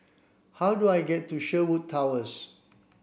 how do I get to Sherwood Towers